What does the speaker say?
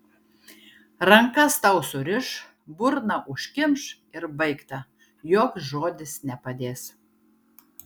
rankas tau suriš burną užkimš ir baigta joks žodis nepadės